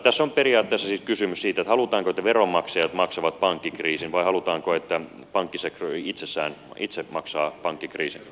tässä on periaatteessa siis kysymys siitä halutaanko että veronmaksajat maksavat pankkikriisin vai halutaanko että pankkisektori itse maksaa pankkikriisin